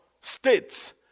states